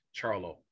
Charlo